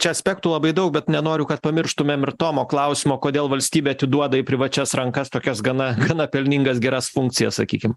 čia aspektų labai daug bet nenoriu kad pamirštumėm ir tomo klausimo kodėl valstybė atiduoda į privačias rankas tokias gana gana pelningas geras funkcijas sakykim